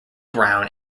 brown